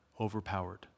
overpowered